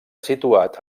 situat